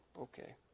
Okay